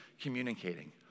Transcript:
communicating